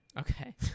Okay